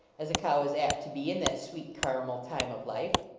as a cow is apt to be in that sweet caramel time of life.